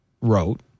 wrote